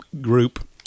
group